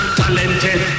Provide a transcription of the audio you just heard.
talented